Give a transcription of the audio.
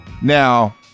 Now